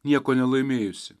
nieko nelaimėjusi